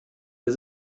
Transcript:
wir